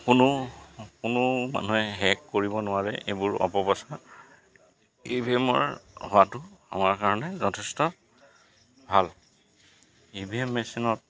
কোনো কোনো মানুহে হেক কৰিব নোৱাৰে এইবোৰ অপপ্ৰচাৰ ই ভি এমৰ হোৱাটো আমাৰ কাৰণে যথেষ্ট ভাল ই ভি এম মেচিনত